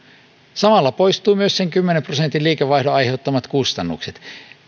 samalla poistuvat myös sen kymmenen prosentin liikevaihdon aiheuttamat kustannukset